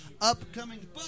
Upcoming